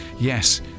yes